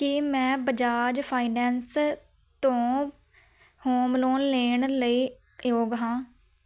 ਕੀ ਮੈਂ ਬਜਾਜ ਫਾਈਨੈਂਸ ਤੋਂ home loan ਲੈਣ ਲਈ ਯੋਗ ਹਾਂ